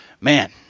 man